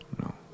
No